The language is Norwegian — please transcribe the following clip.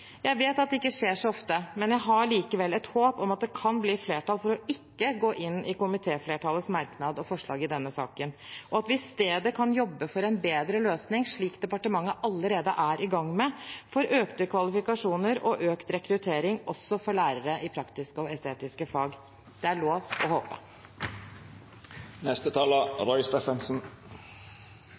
Jeg vet at det ikke skjer så ofte, men jeg har likevel et håp om at det kan bli flertall for ikke å gå inn i komiteflertallets merknad og forslag i denne saken, og at vi i stedet kan jobbe for en bedre løsning, slik departementet allerede er i gang med, for økte kvalifikasjoner og økt rekruttering også for lærere i praktiske og estetiske fag. Det er lov å håpe.